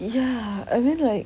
ya I mean like